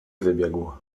wybiegł